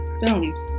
films